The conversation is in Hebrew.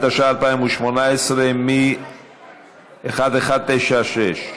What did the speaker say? התשע"ח 2018, מ/1196.